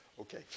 Okay